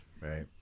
right